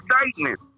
excitement